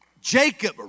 Jacob